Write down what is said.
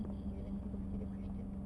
if anything go see the questions